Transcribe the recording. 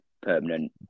permanent